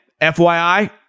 FYI